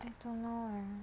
I don't know eh